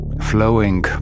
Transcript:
flowing